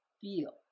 feel